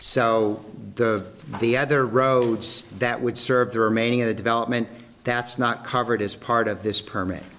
so the the other roads that would serve the remaining of the development that's not covered as part of this perm